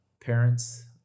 parents